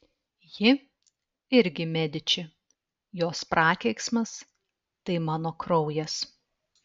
ji irgi mediči jos prakeiksmas tai mano kraujas